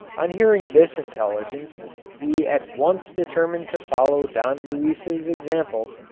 on hearing this intelligence we at once determined to follow don luis's example,